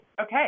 Okay